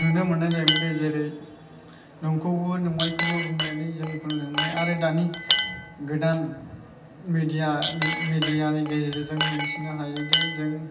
नुनो मोननाय जायोमोनदि जेरै नंखौबो नङैखौबो बुंनानै जों मोजां मोनो आरो दानि गोदान मेदियानि मेदियानि गेजेरजों मिथिनो हायोदि जों